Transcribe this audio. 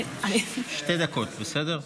שתי דקות, בסדר?